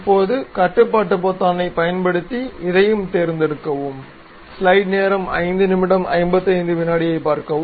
இப்போது கட்டுப்பாட்டு பொத்தானைப் பயன்படுத்தி இதையும் தேர்ந்தெடுக்கவும்